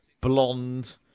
blonde